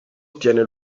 ottiene